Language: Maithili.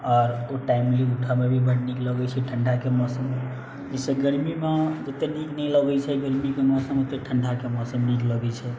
आर टाइमली उठैमे भी बड़ नीक लगै छै ठण्डाके मौसम जैसे गरमीमे ओते नीक नहि लगै छै गरमीके मौसम उते ठण्डाके मौसम नीक लगै छै